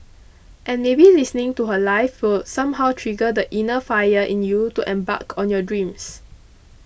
and maybe listening to her live will somehow trigger the inner fire in you to embark on your dreams